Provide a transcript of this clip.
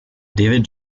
david